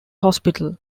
hospital